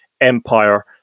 Empire